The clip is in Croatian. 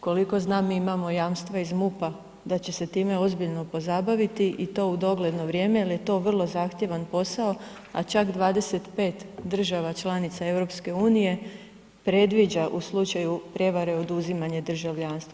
Koliko znam mi imamo jamstva iz MUP-a da će se time ozbiljno pozabaviti i to u dogledno vrijeme jer je to vrlo zahtjevan posao, a čak 25 država članica EU predviđa u slučaju prijevare oduzimanje državljanstva.